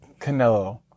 Canelo